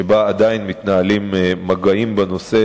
שבה עדיין מתנהלים מגעים בנושא,